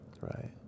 right